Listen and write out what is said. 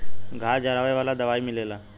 घास जरावे वाला दवाई मिलेला